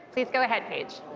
please go ahead, paige.